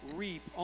reap